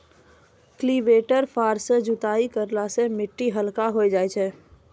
cultivator फार सँ जोताई करला सें मिट्टी हल्का होय जाय छै